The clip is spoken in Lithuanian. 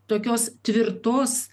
tokios tvirtos